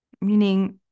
Meaning